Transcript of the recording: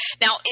Now